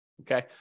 Okay